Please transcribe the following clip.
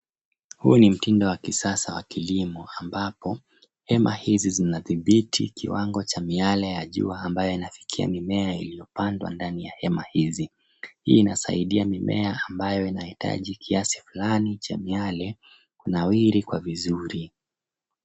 Huu ni mtindo wa kisasa wa kilimo ambapo hema hizi zinadhibiti kiwango cha miale ya jua ambayo inafikia mimea iliyopandwa ndani ya hema hizi. Hii inasaidia mimea ambayo inahitaji kiasi fulani cha miale kunawiri kwa vizuri.